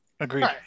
Agreed